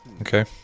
okay